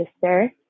sister